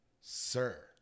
Sir